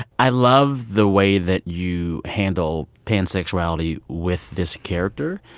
i love the way that you handle pansexuality with this character.